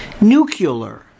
Nuclear